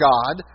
God